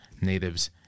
natives